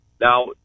now